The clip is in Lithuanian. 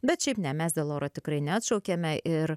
bet šiaip ne mes dėl oro tikrai neatšaukėme ir